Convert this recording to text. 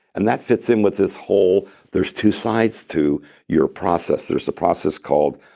and that fits in with this whole there's two sides to your process. there's the process called,